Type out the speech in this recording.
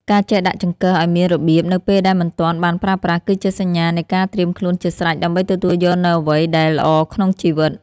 ការចេះដាក់ចង្កឹះឱ្យមានរបៀបនៅពេលដែលមិនទាន់បានប្រើប្រាស់គឺជាសញ្ញានៃការត្រៀមខ្លួនជាស្រេចដើម្បីទទួលយកនូវអ្វីដែលល្អក្នុងជីវិត។